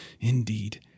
Indeed